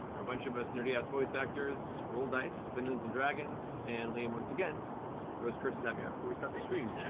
where a bunch of us nerdy-ass voice actors roll dice, play dungeons and dragons, and liam once again throws curses at me right before we start the stream.